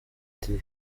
ati